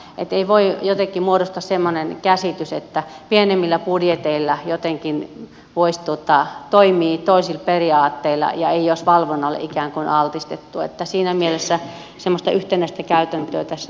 ei voi jotenkin muodostua semmoinen käsitys että pienemmillä budjeteilla jotenkin voisi toimia toisilla periaatteilla ja ei olisi valvonnalle ikään kuin altistettu ja siinä mielessä semmoista yhtenäistä käytäntöä tässä toivon